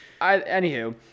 Anywho